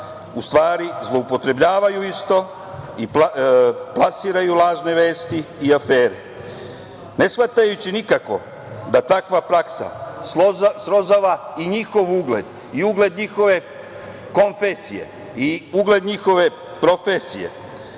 u stvari zloupotrebljavaju isto i plasiraju lažne vesti i afere ne shvatajući nikako da takva praksa srozava i njihov ugled i ugled njihove konfesije i ugled njihove profesije,